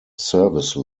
service